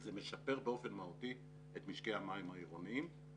זה משפר באופן מהותי את משקי המים העירוניים.